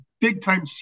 big-time